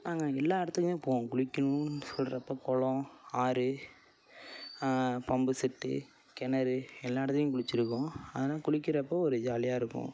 நாங்கள் எல்லா இடத்துக்குமே போவோம் குளிக்கணுன்னு சொல்கிறப்போ கொளம் ஆறு பம்ப்பு செட்டு கிணறு எல்லா இடத்துலியும் குளித்திருக்கோம் அதல்லாம் குளிக்கிறப்போது ஒரு ஜாலியாக இருக்கும்